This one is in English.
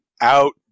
out